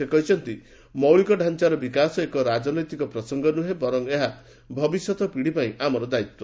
ସେ କହିଛନ୍ତି ମୌଳିକଢାଞାର ବିକାଶ ଏକ ରାଜନୈତିକ ପ୍ରସଙ୍ଗ ନୁହେଁ ବରଂ ଏହା ଭବିଷ୍ୟତ ପିଢ଼ିପାଇଁ ଆମର ଦାୟିତ୍ୱ